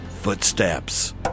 footsteps